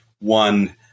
One